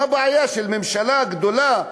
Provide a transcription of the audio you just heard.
מה הבעיה של ממשלה גדולה,